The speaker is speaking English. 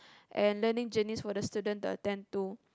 and learning journeys for the students to attend to